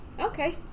Okay